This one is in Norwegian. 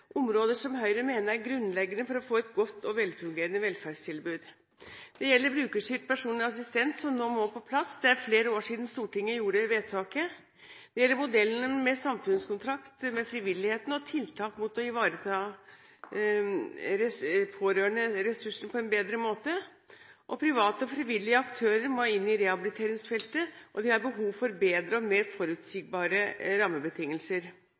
områder stikkordsmessig og utdype andre, som Høyre mener er grunnleggende for å få et godt og velfungerende velferdstilbud. Det gjelder brukerstyrt personlig assistent, som nå må på plass. Det er flere år siden Stortinget gjorde vedtaket. Det gjelder modellen med samfunnskontrakt med frivilligheten og tiltak rettet mot å ivareta pårørenderessursen på en bedre måte. Private og frivillige aktører må inn på rehabiliteringsfeltet, og de har behov for bedre og mer forutsigbare rammebetingelser.